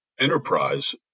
enterprise